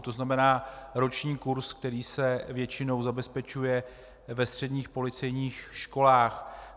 To znamená, roční kurz, který se většinou zabezpečuje ve středních policejních školách.